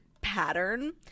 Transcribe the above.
pattern